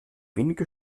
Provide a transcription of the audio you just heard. wenige